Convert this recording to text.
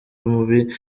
mubi